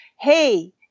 hey